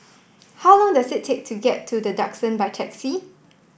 how long does it take to get to The Duxton by taxi